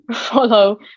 follow